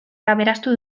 aberastu